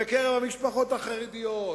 בקרב המשפחות החרדיות,